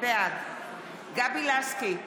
בעד גבי לסקי,